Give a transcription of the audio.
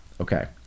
okay